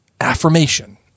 affirmation